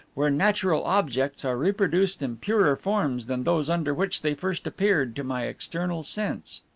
where natural objects are reproduced in purer forms than those under which they first appeared to my external sense.